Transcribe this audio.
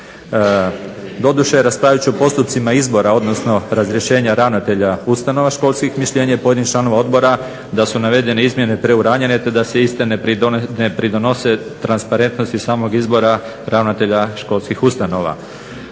Doduše, raspravit će o postupcima izbora odnosno razrješenja ravnatelja ustanova školskih. Mišljenje je pojedinih članova odbora da su navedene izmjene preuranjene te da se iste ne pridonose transparentnosti samog izbora ravnatelja školskih ustanova.